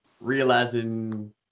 realizing